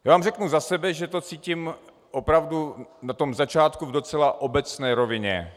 Já vám řeknu za sebe, že to cítím opravdu na tom začátku v docela obecné rovině.